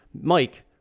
Mike